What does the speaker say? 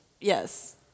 Yes